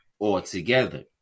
altogether